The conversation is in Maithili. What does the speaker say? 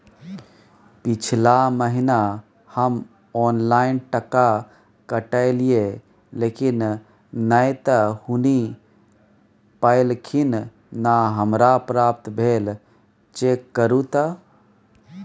पिछला महीना हम ऑनलाइन टका कटैलिये लेकिन नय त हुनी पैलखिन न हमरा प्राप्त भेल, चेक करू त?